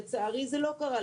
לצערי זה לא קרה.